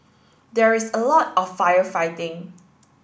there's a lot of firefighting